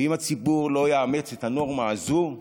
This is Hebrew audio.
ואם הציבור לא יאמץ את הנורמה הזאת,